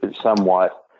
somewhat